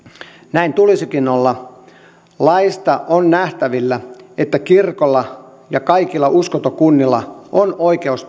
näin tulisikin olla laissa on nähtävillä että kirkolla ja kaikilla uskontokunnilla on oikeus